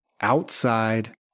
Outside